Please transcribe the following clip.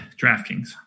DraftKings